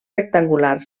rectangular